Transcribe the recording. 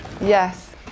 Yes